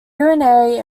urinary